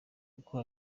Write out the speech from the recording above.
kuko